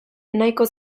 nahiko